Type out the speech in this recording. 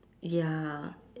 ya